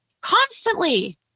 Constantly